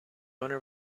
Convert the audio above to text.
owner